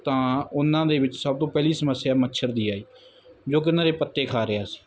ਤਾਂ ਉਹਨਾਂ ਦੇ ਵਿੱਚ ਸਭ ਤੋਂ ਪਹਿਲੀ ਸਮੱਸਿਆ ਮੱਛਰ ਦੀ ਆਈ ਜੋ ਕਿ ਇਹਨਾਂ ਦੇ ਪੱਤੇ ਖਾ ਰਿਹਾ ਸੀ